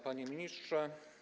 Panie Ministrze!